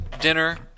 dinner